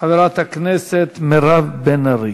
חברת הכנסת מירב בן ארי.